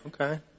okay